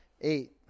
eight